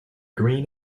green